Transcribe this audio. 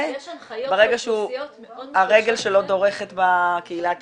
ברגע שהרגל שלו דורכת בקהילה הטיפולית.